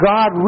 God